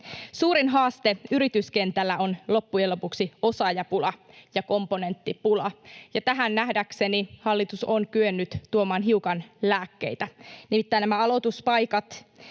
Suurin haaste yrityskentällä on loppujen lopuksi osaajapula ja komponenttipula. Tähän nähdäkseni hallitus on kyennyt tuomaan hiukan lääkkeitä. Nimittäin nämä aloituspaikat